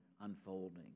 unfolding